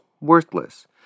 worthless